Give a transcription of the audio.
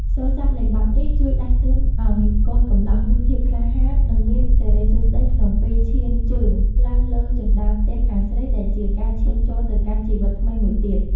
សូរស័ព្ទនៃបទនេះជួយដាស់តឿនឱ្យកូនកំលោះមានភាពក្លាហាន និងមានសិរីសួស្តីក្នុងពេលឈានជើងឡើងលើជណ្ដើរផ្ទះខាងស្រី ដែលជាការឈានចូលទៅកាន់ជីវិតថ្មីមួយទៀត។